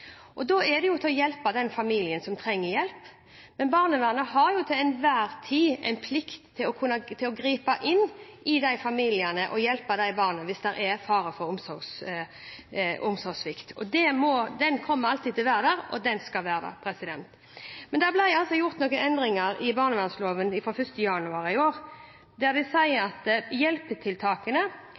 Da er det jo å hjelpe den familien som trenger hjelp. Men barnevernet har til enhver tid en plikt til å gripe inn i familiene og hjelpe barna hvis det er fare for omsorgssvikt. Den plikten kommer alltid til å være der, og den skal være der. Men det ble altså gjort noen endringer i barnevernloven fra 1. januar i år, der man sier at